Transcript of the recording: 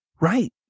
Right